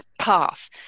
path